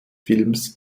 films